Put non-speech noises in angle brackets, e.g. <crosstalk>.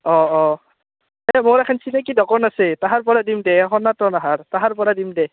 অঁ অঁ এই মোৰ এখন চিনাকী দোকান আছে তাহাৰ পৰা দিম <unintelligible> তাহাৰ পৰা দিম দে